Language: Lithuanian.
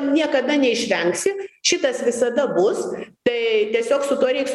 niekada neišvengsi šitas visada bus tai tiesiog su tuo reiks